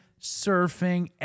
surfing